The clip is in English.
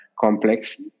complex